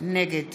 נגד